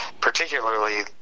particularly